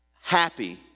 happy